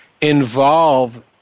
involve